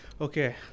Okay